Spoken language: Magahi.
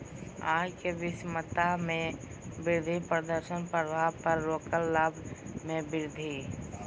आय के विषमता में वृद्धि प्रदर्शन प्रभाव पर रोक लाभ में वृद्धि